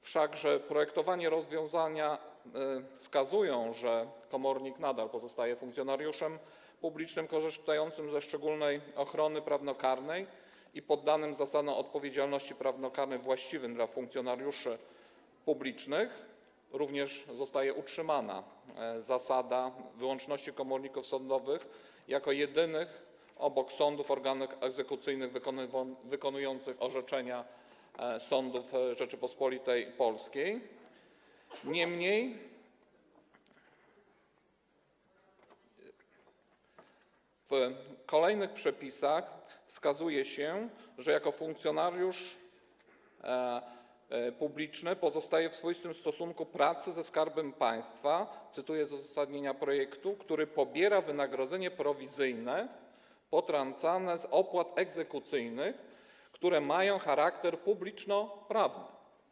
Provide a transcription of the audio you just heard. Wprawdzie projektowane rozwiązania wskazują, że komornik nadal pozostaje funkcjonariuszem publicznym korzystającym ze szczególnej ochrony prawnokarnej i poddanym zasadom odpowiedzialności prawnokarnej właściwym dla funkcjonariuszy publicznych, że zostaje również utrzymana zasada wyłączności komorników sądowych jako jedynych obok sądów organów egzekucyjnych wykonujących orzeczenia sądów Rzeczypospolitej Polskiej, niemniej jednak w kolejnych przepisach wskazuje się, że jako funkcjonariusz publiczny pozostaje w swoistym stosunku pracy ze Skarbem Państwa i - cytuję z uzasadnienia projektu - pobiera wynagrodzenie prowizyjne, potrącane z opłat egzekucyjnych, które mają charakter publicznoprawny.